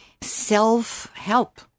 self-help